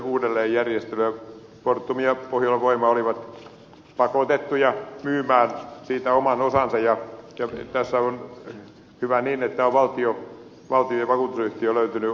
fortum ja pohjolan voima olivat pakotettuja myymään siitä oman osansa ja on hyvä niin että on valtio ja vakuutusyhtiö löytynyt ostajaksi